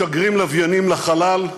ומשגרים לוויינים לחלל.